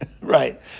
Right